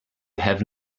have